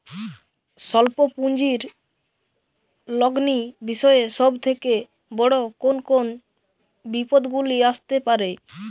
স্বল্প পুঁজির লগ্নি বিষয়ে সব থেকে বড় কোন কোন বিপদগুলি আসতে পারে?